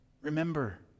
remember